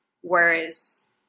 Whereas